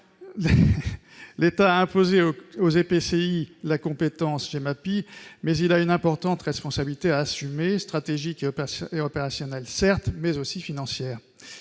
l'État a imposé aux EPCI la compétence Gemapi, mais il a une importante responsabilité à assumer, stratégique et opérationnelle certes, mais aussi financière.